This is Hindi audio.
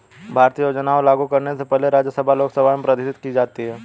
भारतीय योजनाएं लागू करने से पहले राज्यसभा लोकसभा में प्रदर्शित की जाती है